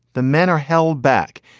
the men are held back.